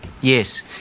Yes